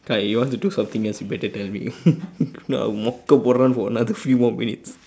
ka if you want to do something else you better tell me if not I will mock around for a few more minutes